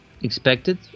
expected